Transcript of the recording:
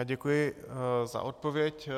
Děkuji za odpověď.